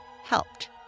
helped